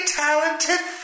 talented